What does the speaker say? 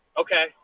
okay